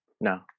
no